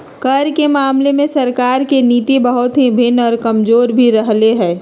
कर के मामले में सरकार के नीति बहुत ही भिन्न और कमजोर भी रहले है